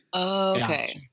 Okay